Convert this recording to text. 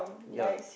ya